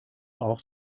auch